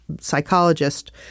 psychologist